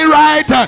right